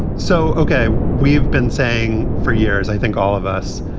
so, ok, we've been saying for years, i think all of us,